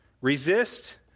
resist